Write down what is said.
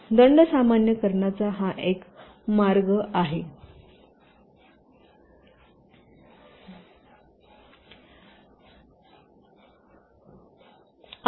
तर दंड सामान्य करण्याचा हा एक मार्ग आहे